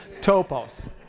topos